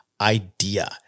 idea